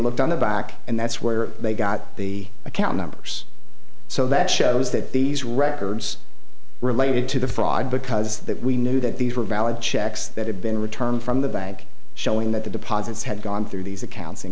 looked on the back and that's where they got the account numbers so that shows that these records related to the fraud because that we knew that these were valid checks that had been returned from the bank showing that the deposits had gone through these account